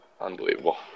Unbelievable